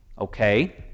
okay